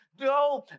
No